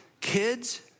Kids